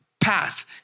path